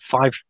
five